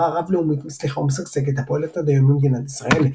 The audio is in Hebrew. וחברה רב לאומית מצליחה ומשגשגת הפועלת עד היום ממדינת ישראל.